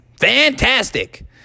fantastic